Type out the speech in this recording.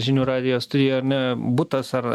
žinių radijo studijoj ar ne butas ar